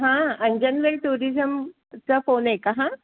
हां अंजनवेल टुरिझमचा फोन आहे का हा